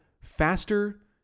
faster